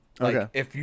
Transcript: Okay